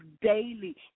daily